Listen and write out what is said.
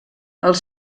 els